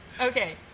Okay